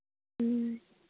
ꯎꯝ